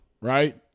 right